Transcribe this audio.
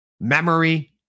memory